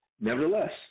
nevertheless